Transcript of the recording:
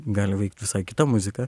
gali veikt visai kita muzika